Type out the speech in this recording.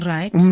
Right